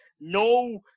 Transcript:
no